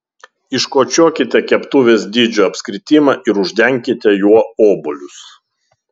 iškočiokite keptuvės dydžio apskritimą ir uždenkite juo obuolius